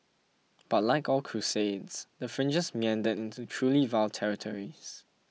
but like all crusades the fringes meandered into truly vile territories